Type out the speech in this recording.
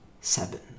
seven